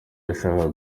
yashakaga